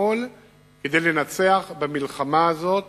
לפעול כדי לנצח במלחמה הזאת.